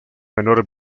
menor